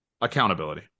Accountability